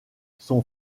son